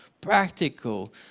practical